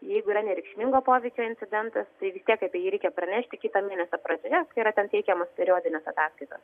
jeigu yra nereikšmingo poveikio incidentas tai vis tiek apie jį reikia pranešti kito mėnesio pradžioje kai yra tam teikiamos periodinės ataskaitos